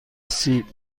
سیب